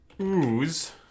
ooze